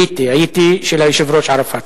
הייתי, הייתי, של היושב-ראש ערפאת.